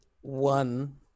one